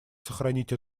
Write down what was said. сохранить